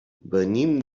venim